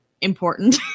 important